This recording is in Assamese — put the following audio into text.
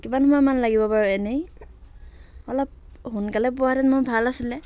কিমান সময় মান লাগিব বাৰু এনেই অলপ সোনকালে পোৱাহেঁতেন মোৰ ভাল আছিলে